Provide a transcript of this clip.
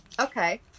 okay